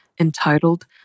entitled